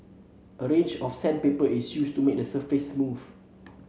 a range of sandpaper is used to make the surface smooth